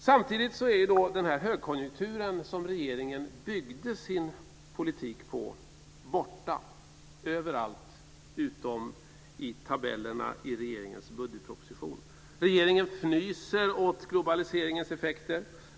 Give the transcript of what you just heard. Samtidigt är den högkonjunktur som regeringen byggde sin politik på borta överallt utom i tabellerna i regeringens budgetproposition. Regeringen fnyser åt globaliseringens effekter.